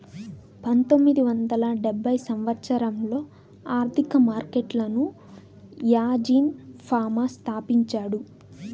పంతొమ్మిది వందల డెబ్భై సంవచ్చరంలో ఆర్థిక మార్కెట్లను యాజీన్ ఫామా స్థాపించాడు